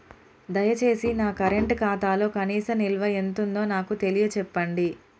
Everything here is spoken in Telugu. దయచేసి నా కరెంట్ ఖాతాలో కనీస నిల్వ ఎంతుందో నాకు తెలియచెప్పండి